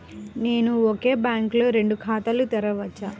నేను ఒకే బ్యాంకులో రెండు ఖాతాలు తెరవవచ్చా?